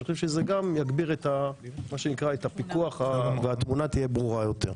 אני חושב שזה גם יגביר את הפיקוח והתמונה תהיה ברורה יותר.